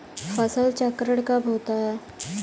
फसल चक्रण कब होता है?